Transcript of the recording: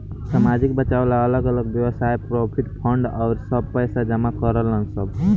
सामाजिक बचाव ला अलग अलग वयव्साय प्रोविडेंट फंड आउर सब में पैसा जमा करेलन सन